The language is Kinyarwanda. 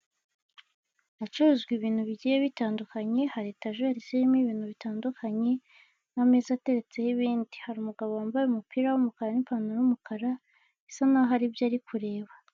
Haracuruzwa ibintu bigiye bitandukanye, hari etajeri irimo ibintu bitandukanye n'ameza ateretse n'ibindi hari umugabo wambaye umupira w'umukara n'ipantaro y'umukara isa naho ari byo ari kureba.